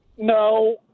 No